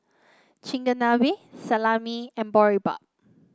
Chigenabe Salami and Boribap